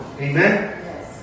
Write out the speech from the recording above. Amen